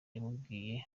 yamubwiye